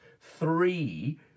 three